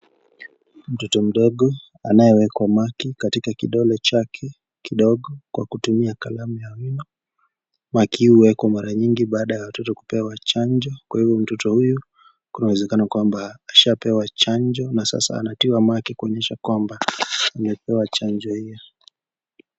Mtoto mdogo anayewekwa maki katika kidole chake kidogo kwa kutumia kalamu ya wino na hii huwekwa mara nyingi baada ya watoto kupewa chanjo, kwa hivyo mtoto huyu kuna uwezekano kwamba ashapewa chanjo na sasa anatii mamake kuonyesha kwamba amepewa chanjo hiyo.